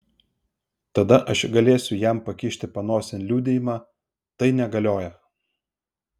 tada aš galėsiu jam pakišti panosėn liudijimą tai negalioja